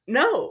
no